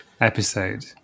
episode